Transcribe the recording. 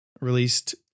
released